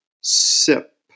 sip